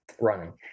Running